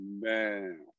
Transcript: man